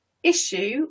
Issue